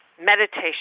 meditation